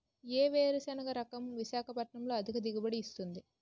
ఏ వేరుసెనగ రకం విశాఖపట్నం లో అధిక దిగుబడి ఇస్తుంది?